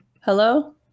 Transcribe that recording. Hello